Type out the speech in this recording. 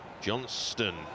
Johnston